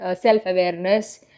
self-awareness